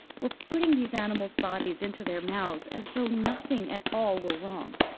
were putting these animals' bodies into their mouths as though nothing at all were wrong.